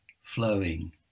flowing